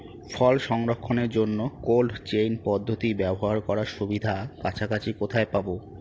ফল সংরক্ষণের জন্য cold chain পদ্ধতি ব্যবহার করার সুবিধা কাছাকাছি কোথায় পাবো?